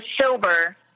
sober